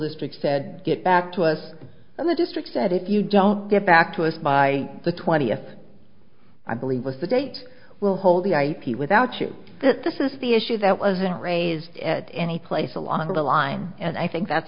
districts said get back to us and the district said if you don't get back to us by the twentieth i believe was the date will hold the ip without you this is the issue that wasn't raised at any place along the line and i think that's